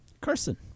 Carson